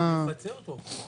הוא מפצה אותו.